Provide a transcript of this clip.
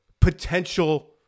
potential